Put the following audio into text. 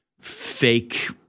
fake